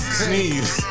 sneeze